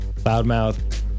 Loudmouth